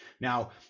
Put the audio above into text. Now